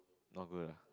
not good ah